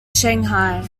shanghai